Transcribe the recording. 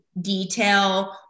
detail